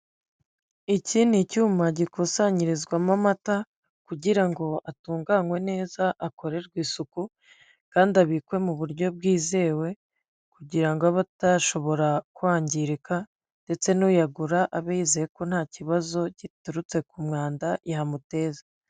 Iki ni icyuma gikusanyirizwamo amata kugira ngo atunganwe neza akorerwe isuku kandi abikwe mu buryo bwizewe kugira ngo abe atashobora kwangirika ndetse n'uyagura abe yizeye ko nta kibazo giturutse ku mwanda yamuteza.